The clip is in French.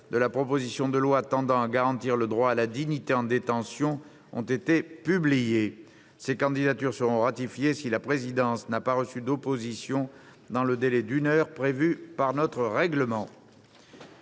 de la proposition de loi tendant à garantir le droit à la dignité en détention ont été publiées. Ces candidatures seront ratifiées si la présidence n'a pas reçu d'opposition dans le délai d'une heure prévu par notre règlement.